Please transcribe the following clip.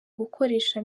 gukoresha